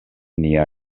nia